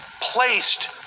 Placed